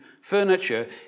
furniture